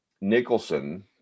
Nicholson